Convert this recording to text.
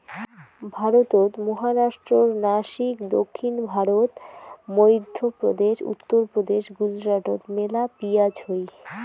ভারতত মহারাষ্ট্রর নাসিক, দক্ষিণ ভারত, মইধ্যপ্রদেশ, উত্তরপ্রদেশ, গুজরাটত মেলা পিঁয়াজ হই